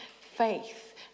faith